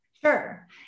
Sure